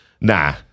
nah